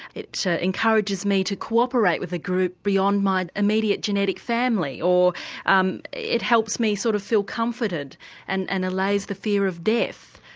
it encourages me to cooperate with a group beyond my immediate genetic family, or um it helps me sort of feel comforted and and allays the fear of death.